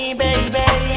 baby